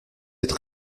êtes